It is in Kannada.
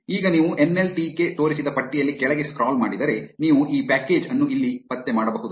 ಈಗ ನೀವು ಎನ್ ಎಲ್ ಟಿ ಕೆ ತೋರಿಸಿದ ಪಟ್ಟಿಯಲ್ಲಿ ಕೆಳಗೆ ಸ್ಕ್ರಾಲ್ ಮಾಡಿದರೆ ನೀವು ಈ ಪ್ಯಾಕೇಜ್ ಅನ್ನು ಇಲ್ಲಿ ಪತ್ತೆ ಮಾಡಬಹುದು